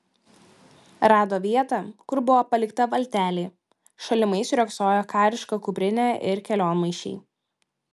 rado vietą kur buvo palikta valtelė šalimais riogsojo kariška kuprinė ir kelionmaišiai